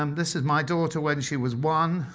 um this is my daughter when she was one.